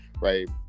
right